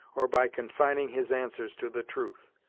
or by confining his answers to the truth,